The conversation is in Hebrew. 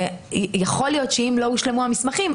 יכול להיות שאם לא הושלמו המסמכים,